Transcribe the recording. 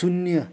शून्य